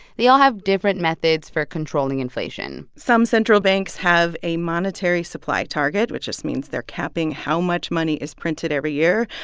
they all have different methods for controlling inflation some central banks have a monetary supply target, which just means they're capping how much money is printed every year.